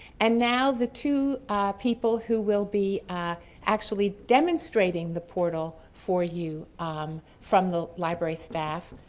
and now the two people who will be actually demonstrating the portal for you um from the library staff,